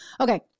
Okay